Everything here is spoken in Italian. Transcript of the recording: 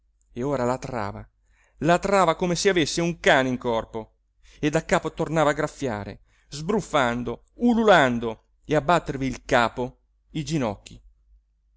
e ora latrava latrava come se avesse un cane in corpo e daccapo tornava a graffiare sbruffando ululando e a battervi il capo i ginocchi